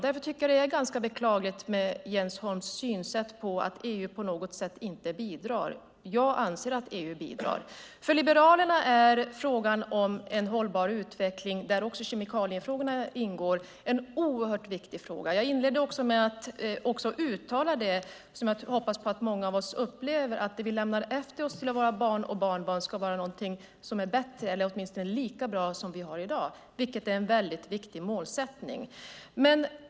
Därför tycker jag att Jens Holms synsätt på att EU på något sätt inte bidrar är beklagligt. Jag anser att EU bidrar. För liberalerna är frågan om en hållbar utveckling, där också kemikaliefrågorna ingår, en oerhört viktig fråga. Jag inledde med att uttala det som jag hoppas att många av oss upplever: Det vi lämnar efter oss till våra barn och barnbarn ska vara någonting som är bättre än, eller åtminstone lika bra som, det vi har i dag.